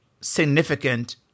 significant